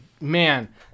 man